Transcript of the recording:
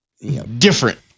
different